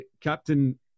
captain